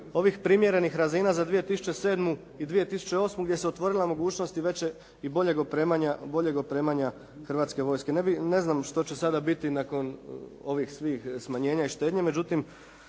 ovih primjerenih razina za 2007. i 2008. gdje su se otvorile mogućnosti veće i boljeg opremanja hrvatske vojske. Ne znam što će sada biti nakon ovih svih smanjenja i štednje